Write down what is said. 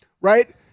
right